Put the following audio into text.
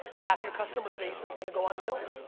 half your customer base is going to go on tilt.